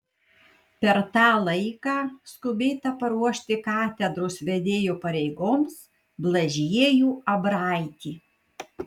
per tą laiką skubėta paruošti katedros vedėjo pareigoms blažiejų abraitį